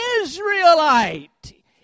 Israelite